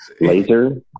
laser